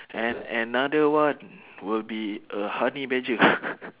and another one will be a honey badger